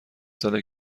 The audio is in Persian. ساله